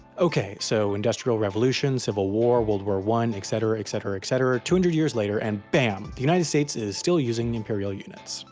ok, so industrial revolution, civil war, world war one, etcetera, etcetera, etcetera, two hundred years later and bam, the united states is still using imperial units.